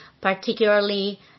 particularly